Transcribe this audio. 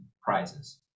prizes